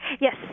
Yes